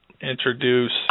introduce